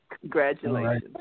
Congratulations